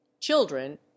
children